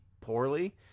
poorly